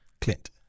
Clint